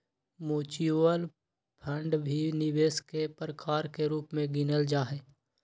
mutual fund भी निवेश के प्रकार के रूप में गिनल जाहई